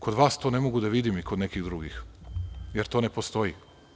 Kod vas ne mogu to da vidim i kod nekih drugih, jer to ne postoji.